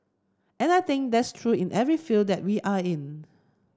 and I think that's true in every field that we are in